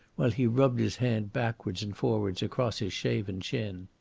while he rubbed his hand backwards and forwards across his shaven chin.